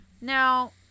Now